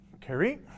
Kerry